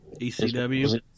ECW